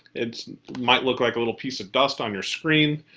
it might look like a little piece of dust on your screen.